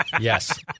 Yes